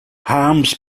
harms